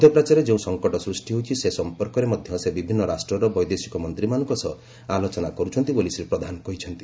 ମଧ୍ୟପ୍ରାଚ୍ୟରେ ଯେଉଁ ସଙ୍କଟ ସୃଷ୍ଟି ହୋଇଛି ସେ ସମ୍ପର୍କରେ ମଧ୍ୟ ସେ ବିଭିନ୍ନ ରାଷ୍ଟ୍ରର ବୈଦେଶିକ ମନ୍ତ୍ରୀମାନଙ୍କ ସହ ଆଲୋଚନା କରୁଛନ୍ତି ବୋଲି ଶ୍ରୀ ପ୍ରଧାନ କହିଛନ୍ତି